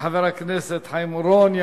לחבר הכנסת חיים אורון.